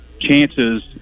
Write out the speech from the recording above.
chances